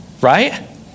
right